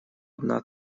одна